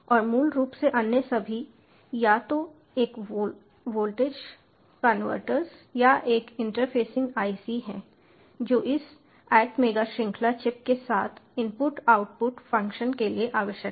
और मूल रूप से अन्य सभी या तो एक वोल्टेज कन्वर्टर्स या एक इंटरफेसिंग आईसी हैं जो इस ATMEGA श्रृंखला चिप के साथ इनपुट आउटपुट फ़ंक्शन के लिए आवश्यक हैं